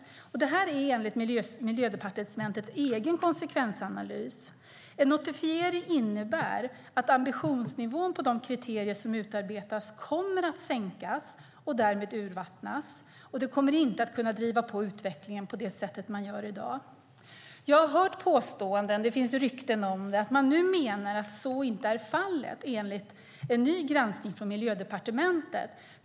Det är enligt Miljödepartementets egen konsekvensanalys. En notifiering innebär att ambitionsnivån för de kriterier som utarbetas kommer att sänkas och att kriterierna därmed kommer att urvattnas, och de kommer inte att kunna driva på utvecklingen på det sätt som sker i dag. Jag har hört påståenden och det finns rykten om att man nu menar att så inte är fallet, enligt en ny granskning från Miljödepartementet.